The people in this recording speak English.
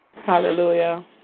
Hallelujah